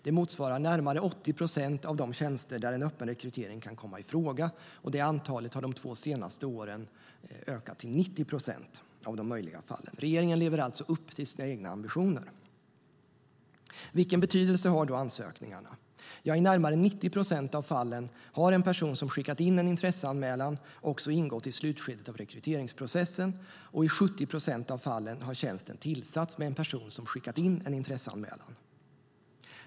Det motsvarar närmare 80 procent av de tjänster där en öppen rekrytering kan komma i fråga. Antalet har under de två senaste åren ökat till 90 procent av de möjliga fallen. Regeringen lever alltså upp till sina egna ambitioner. Vilken betydelse har då ansökningarna? I närmare 90 procent av fallen har en person som skickat in en intresseanmälan ingått i slutskedet av rekryteringsprocessen. I 70 procent av fallen har tjänsten tillsatts med en person som skickat in en intresseanmälan.